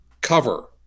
Cover